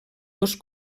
dos